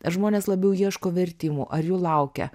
ar žmonės labiau ieško vertimų ar jų laukia